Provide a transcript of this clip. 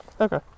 Okay